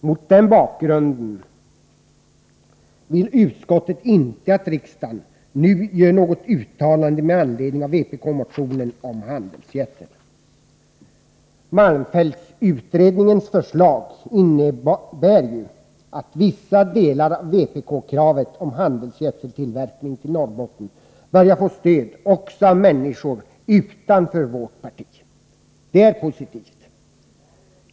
Mot den bakgrunden vill inte utskottet att riksdagen nu gör något uttalande med anledning av vpk-motionen om handelsgödsel. Malmfältsutredningens förslag innebär att vissa delar av vpk-kravet om handelsgödseltillverkning i Norrbotten börjar få stöd också av människor utanför vårt parti. Det är positivt.